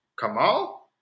Kamal